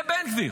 זה בן גביר.